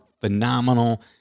phenomenal